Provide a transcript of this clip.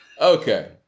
Okay